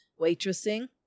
waitressing